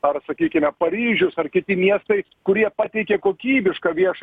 ar sakykime paryžius ar kiti miestai kurie pateikė kokybišką viešą